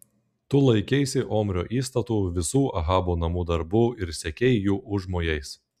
tu laikeisi omrio įstatų visų ahabo namų darbų ir sekei jų užmojais